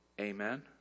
Amen